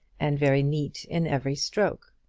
and very neat in every stroke.